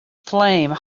flame